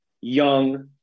young